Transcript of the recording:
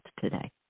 today